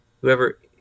Whoever